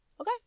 Okay